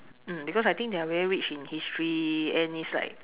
mm because I think they are very rich in history and is like